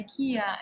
IKEA